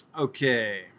Okay